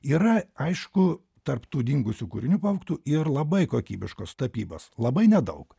yra aišku tarp tų dingusių kūrinių pavogtų ir labai kokybiškos tapybos labai nedaug